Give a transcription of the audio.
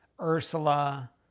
Ursula